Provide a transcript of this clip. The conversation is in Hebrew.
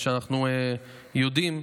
ואנחנו יודעים,